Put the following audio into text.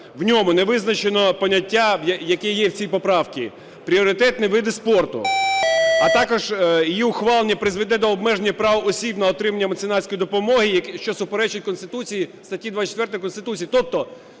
у ньому не визначено поняття, яке є в цій поправці – пріоритетні види спорту. А також її ухвалення призведе до обмеження прав осіб на отримання меценатської допомоги, що суперечить Конституції, статті 24 Конституції. Тобто